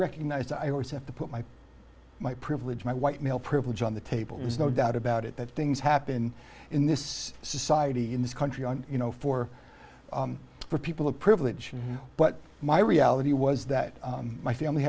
recognize i always have to put my my privilege my white male privilege on the table there's no doubt about it that things happen in this society in this country and you know for for people of privilege but my reality was that my family